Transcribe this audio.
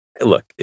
look